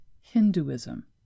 Hinduism